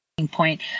point